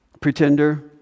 pretender